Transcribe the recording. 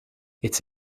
its